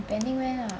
depending where lah